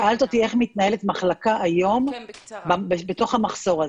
שאלת אותי איך מתנהלת מחלקה היום בתוך המחסור הזה.